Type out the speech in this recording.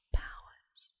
powers